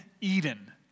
Eden